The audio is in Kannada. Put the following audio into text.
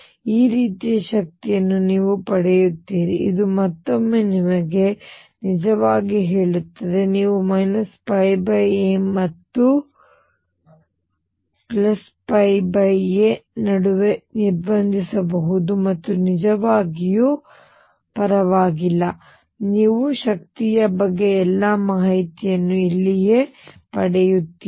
ಈ ರೀತಿಯ ಶಕ್ತಿಯನ್ನು ನೀವು ಪಡೆಯುತ್ತೀರಿ ಇದು ಮತ್ತೊಮ್ಮೆ ನಿಮಗೆ ನಿಜವಾಗಿ ಹೇಳುತ್ತದೆ ನೀವು π a ಮತ್ತು a ನಡುವೆ ನಿರ್ಬಂಧಿಸಬಹುದು ಮತ್ತು ನಿಜವಾಗಿಯೂ ಪರವಾಗಿಲ್ಲ ನೀವು ಶಕ್ತಿಯ ಬಗ್ಗೆ ಎಲ್ಲಾ ಮಾಹಿತಿಯನ್ನು ಇಲ್ಲಿಯೇ ಪಡೆಯುತ್ತೀರಿ